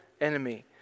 enemy